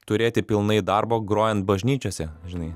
turėti pilnai darbo grojant bažnyčiose žinai